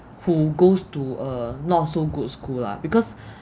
who goes to a not so good school lah because